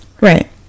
right